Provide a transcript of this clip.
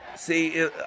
See